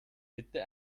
bitte